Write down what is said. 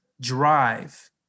drive